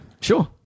sure